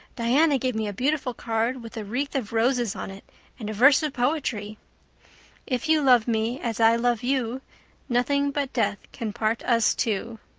diana gave me a beautiful card with a wreath of roses on it and a verse of poetry if you love me as i love you nothing but death can part us two.